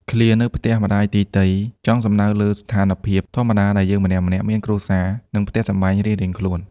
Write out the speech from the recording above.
ឃ្លា «នៅផ្ទះម្ដាយទីទៃ» ចង់សម្តៅលើស្ថានភាពធម្មតាដែលយើងម្នាក់ៗមានគ្រួសារ និងផ្ទះសម្បែងរៀងៗខ្លួន។